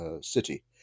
city